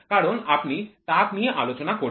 কারণ আপনি তাপ নিয়ে আলোচনা করবেন